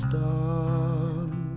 done